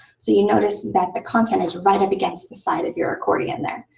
so you notice that the content is right up against the side of your accordion there.